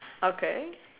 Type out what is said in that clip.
okay